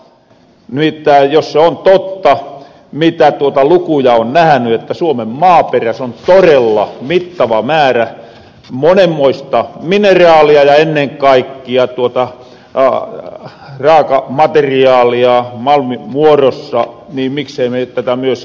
nimittään jos se on totta mitä lukuja on nähäny että suomen maaperäs on torella mittava määrä monenmoista mineraalia ja ennen kaikkia raakamateriaalia malmin muorossa niin miksei me tätä myös hyörynnetä